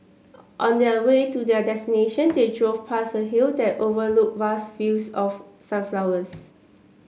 on their way to their destination they drove past a hill that overlooked vast fields of sunflowers